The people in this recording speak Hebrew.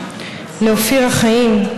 לאופירה חיים,